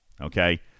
okay